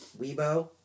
Weibo